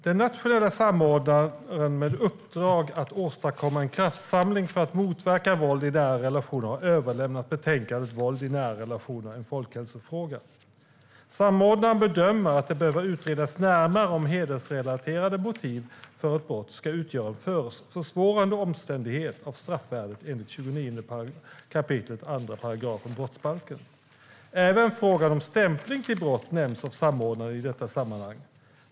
"Den nationella samordnaren med uppdrag att åstadkomma en kraftsamling för att motverka våld i nära relationer har överlämnat betänkandet Våld i nära relationer - en folkhälsofråga . Samordnaren bedömer att det behöver utredas närmare om hedersrelaterade motiv för ett brott ska utgöra en försvårande omständighet av straffvärdet enligt 29 kap. 2 § brottsbalken. Även frågan om stämpling till brott nämns av samordnaren i detta sammanhang.